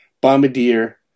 bombardier